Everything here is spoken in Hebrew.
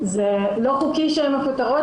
זה לא חוקי שהן מפוטרות.